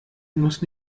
muss